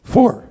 Four